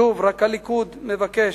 שוב, רק הליכוד מבקש.